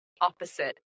opposite